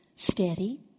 Steady